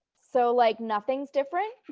so like nothing's different.